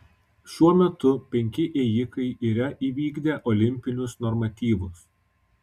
šiuo metu penki ėjikai yra įvykdę olimpinius normatyvus